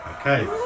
Okay